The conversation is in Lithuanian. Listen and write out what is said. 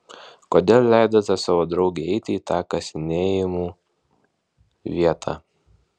kodėl leidote savo draugei eiti į tą kasinėjimų vietą